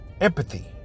empathy